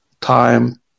time